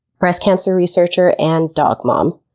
breast cancer researcher, and dog mom.